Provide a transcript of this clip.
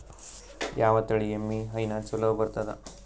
ಯಾವ ತಳಿ ಎಮ್ಮಿ ಹೈನ ಚಲೋ ಬರ್ತದ?